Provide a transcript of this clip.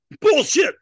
Bullshit